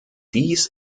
dies